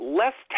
less